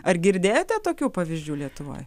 ar girdėjote tokių pavyzdžių lietuvoj